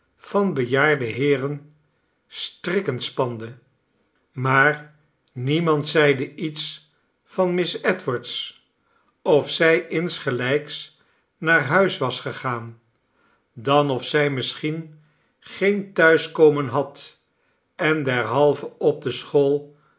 van bejaarde heeren strikken spande maar niemand zeide iets van miss edwards of zij insgelijks naar huis was gegaan dan of zij misschien geen thuiskomen had en derhalve op de school